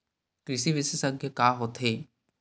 कृषि विशेषज्ञ का होथे?